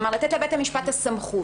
כלומר, לתת לבית המשפט את הסמכות.